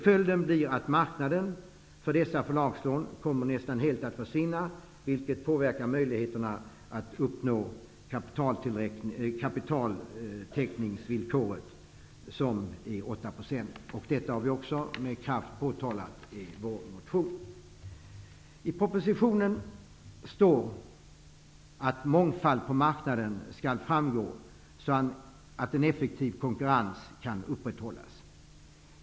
Följden blir att marknaden för dessa förlagslån kommer nästan helt att försvinna, vilket påverkar möjligheterna att uppnå kapitaltäckningsvillkoret på 8 %. Detta har vi också med kraft påtalat i vår motion. Det står i propositionen att det skall finnas en mångfald på marknaden så att en effektiv konkurrens kan upprätthållas.